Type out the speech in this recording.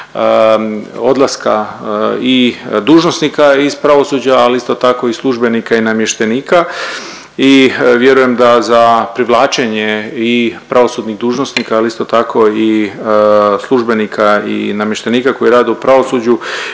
odlaska i dužnosnika iz pravosuđa, ali isto tako i službenika i namještenika i vjerujem da za privlačenje i pravosudnih dužnosnika, ali isto tako i službenika i namještenika koji rade u pravosuđu